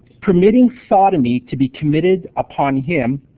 permitting sodomy to be committed upon him,